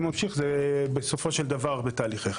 זה ממשיך, זה בסופו של דבר בתהליך.